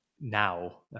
now